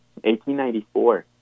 1894